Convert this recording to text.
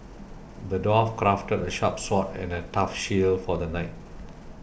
the dwarf crafted a sharp sword and a tough shield for the knight